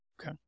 Okay